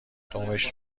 دمش